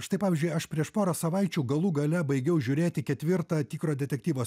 štai pavyzdžiui aš prieš porą savaičių galų gale baigiau žiūrėti ketvirtą tikro detektyvo